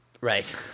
Right